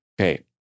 okay